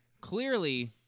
Clearly